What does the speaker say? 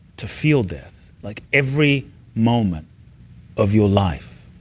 to feel death like every moment of your life.